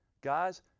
Guys